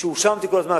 והואשמתי כל הזמן,